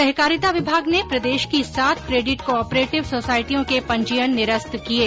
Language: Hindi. सहकारिता विभाग ने प्रदेश की सात कोडिट कोऑपरेटिव सोसायटियों के पंजीयन निरस्त किये